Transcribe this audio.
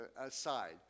Aside